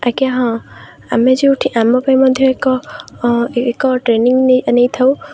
ଆଜ୍ଞା ହଁ ଆମେ ଯେଉଁଠି ଆମ ପାଇଁ ମଧ୍ୟ ଏକ ଏକ ଟ୍ରେନିଙ୍ଗ ନେଇ ନେଇଥାଉ